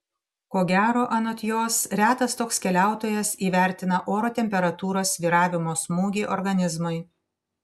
ko gero anot jos retas toks keliautojas įvertina oro temperatūros svyravimo smūgį organizmui